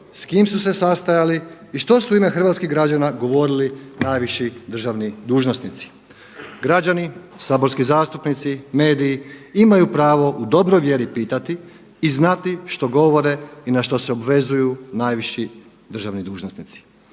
s kim su se sastajali i što su u ime hrvatskih građana govorili najviši državni dužnosnici. Građani, saborski zastupnici, mediji imaju pravo u dobroj vjeri pitati i znati što govore i na što se obvezuju najviši državni dužnosnici.